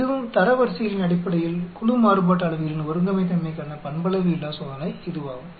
இதுவும் தரவரிசைகளின் அடிப்படையில் குழு மாறுபாட்டு அளவைகளின் ஒருங்கமைத்தன்மைக்கான பண்பளவையில்லா சோதனை இதுவாகும்